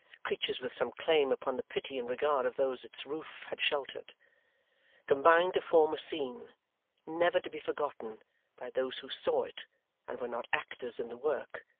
creatures with some claim upon the pity and regard of those its roof had sheltered combined to form a scene never to be forgotten by those who saw it and were not actors in the work,